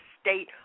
state